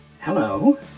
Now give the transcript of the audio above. Hello